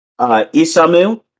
Isamu